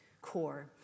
core